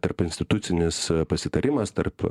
tarpinstitucinis pasitarimas tarp